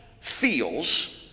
feels